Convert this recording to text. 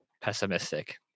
pessimistic